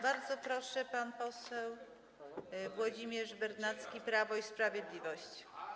Bardzo proszę, pan poseł Włodzimierz Bernacki, Prawo i Sprawiedliwość.